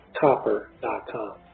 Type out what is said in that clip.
copper.com